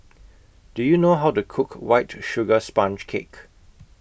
Do YOU know How to Cook White Sugar Sponge Cake